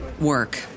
work